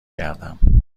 گردم